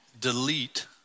Delete